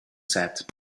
said